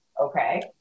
Okay